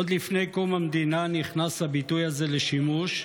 עוד לפני קום המדינה נכנס הביטוי הזה לשימוש,